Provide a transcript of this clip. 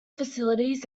facilities